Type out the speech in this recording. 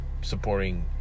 supporting